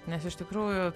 nes iš tikrųjų